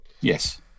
Yes